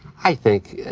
i think,